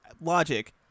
logic